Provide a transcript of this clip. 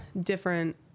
different